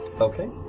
Okay